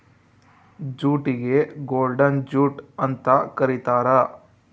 ಜೂಟಿಗೆ golden jute ಅಂತ ಕರೀತಾರ